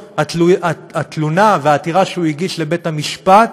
התלונה והעתירה שהוא הגיש לבית המשפט